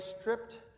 stripped